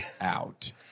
out